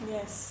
Yes